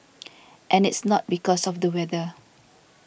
and it's not because of the weather